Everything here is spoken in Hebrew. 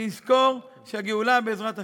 נזכור שהגאולה, בעזרת השם,